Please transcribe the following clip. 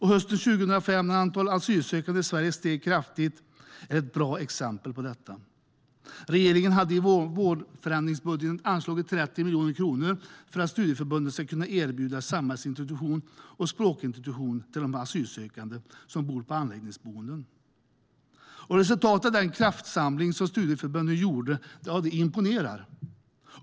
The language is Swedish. Hösten 2015, när antalet asylsökande i Sverige steg kraftigt, är ett bra exempel på det. Regeringen hade i vårändringsbudgeten anslagit 30 miljoner kronor för att studieförbunden skulle kunna erbjuda samhällsintroduktion och språkintroduktion till de asylsökande på anläggningsboendena. Resultatet av den kraftsamling som studieförbunden gjorde imponerar.